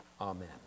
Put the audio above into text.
Amen